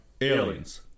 Aliens